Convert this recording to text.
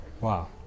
Wow